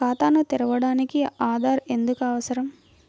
ఖాతాను తెరవడానికి ఆధార్ ఎందుకు అవసరం?